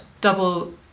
double